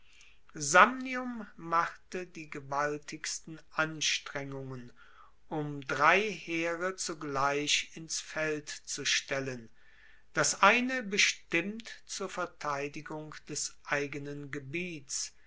samnium machte die gewaltigsten anstrengungen um drei heere zugleich ins feld zu stellen das eine bestimmt zur verteidigung des eigenen gebiets